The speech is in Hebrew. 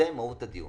זאת מהות הדיון.